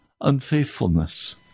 unfaithfulness